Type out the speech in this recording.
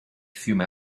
fiume